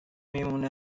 میمونه